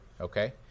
okay